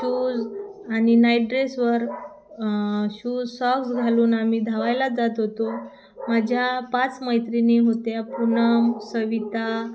shoes आणि night ड्रेसवर shoes socks घालून आम्ही धावायला जात होतो माझ्या पाच मैत्रिणी होत्या पुनम सविता